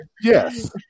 Yes